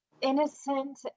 innocent